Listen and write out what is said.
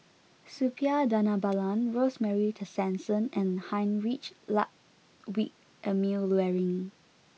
Suppiah Dhanabalan Rosemary Tessensohn and Heinrich Ludwig Emil Luering